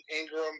Ingram